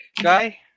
guy